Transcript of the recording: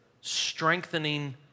strengthening